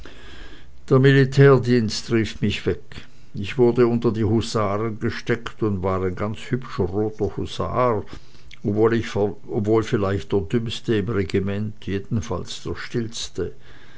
der militärdienst rief mich weg ich wurde unter die husaren gesteckt und war ein ganz hübscher roter husar obwohl vielleicht der dümmste im regiment jedenfalls der stillste